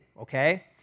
okay